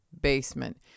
basement